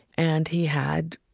and he had,